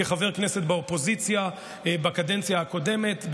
כחבר כנסת באופוזיציה בקדנציה הקודמת,